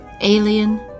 Alien